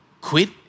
Quit